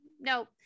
no